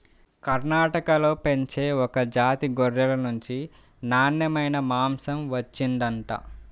కర్ణాటకలో పెంచే ఒక జాతి గొర్రెల నుంచి నాన్నెమైన మాంసం వచ్చిండంట